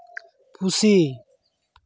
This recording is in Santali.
ᱯᱩᱥᱤ